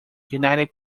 united